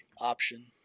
option